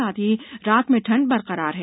साथ ही रात में ठंड बरकरार है